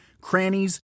crannies